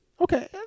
Okay